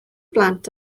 blant